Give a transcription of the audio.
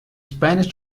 spanish